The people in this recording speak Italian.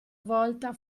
volta